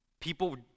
People